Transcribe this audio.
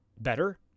better